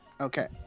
Okay